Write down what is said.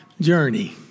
journey